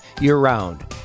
year-round